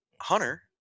Hunter